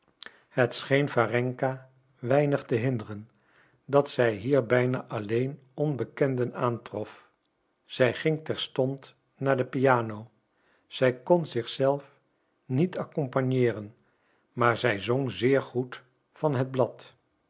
het scheen warenka weinig te hinderen dat zij hier bijna alleen onbekenden aantrof zij ging terstond naar de piano zij kon zich zelf niet accompagneeren maar zij zong zeer goed van het blad